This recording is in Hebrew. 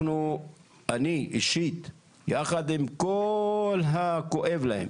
אני אישית יחד עם כל ה-כואב להם,